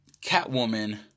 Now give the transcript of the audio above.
Catwoman